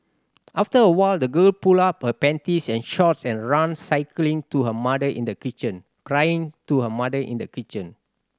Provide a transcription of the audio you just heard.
after a while the girl pulled up panties and shorts and ran crying to her mother in the kitchen